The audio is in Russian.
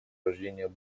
рождения